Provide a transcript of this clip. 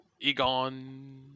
Egon